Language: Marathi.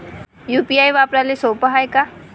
यू.पी.आय वापराले सोप हाय का?